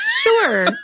Sure